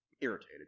irritated